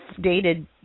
dated